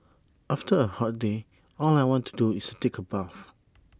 after A hot day all I want to do is take A bath